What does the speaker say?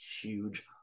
huge